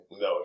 no